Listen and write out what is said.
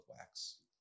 wax